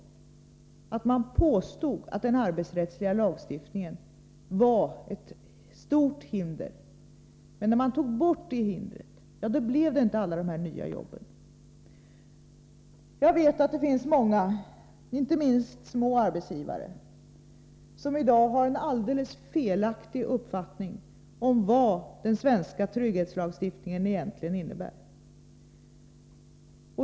Man påstod att den arbetsrättsliga lagstiftningen är ett stort hinder, men när det hindret togs bort fick vi inte alla de utlovade jobben. Jag vet att det finns många, inte minst små arbetsgivare, som i dag har en alldeles felaktig uppfattning om vad den svenska trygghetslagstiftningen egentligen innebär.